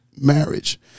marriage